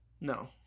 No